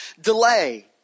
delay